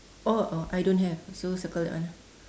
oh oh I don't have so circle that one ah